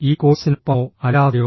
ഈ കോഴ്സിനൊപ്പമോ അല്ലാതെയോ